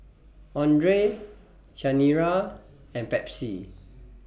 Andre Chanira and Pepsi